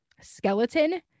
skeleton